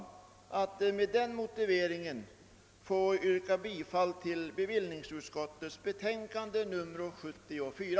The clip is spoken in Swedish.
Jag ber med den motiveringen att få yrka bifall till bevillningsutskottets hemställan i dess betänkande nr 74.